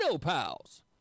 pals